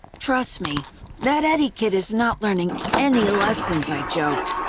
trust me that eddie kid is not learning any lessons, i joked.